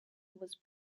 was